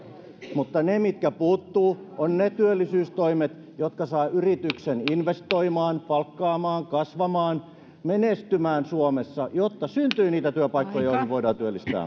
mutta ne mitkä puuttuvat ovat ne työllisyystoimet jotka saavat yrityksen investoimaan palkkaamaan kasvamaan menestymään suomessa jotta syntyy niitä työpaikkoja joihin voidaan työllistää